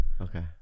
Okay